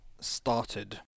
started